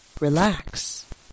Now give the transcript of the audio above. Relax